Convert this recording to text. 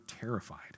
terrified